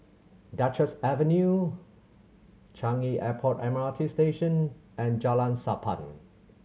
Duchess Avenue Changi Airport M R T Station and Jalan Sappan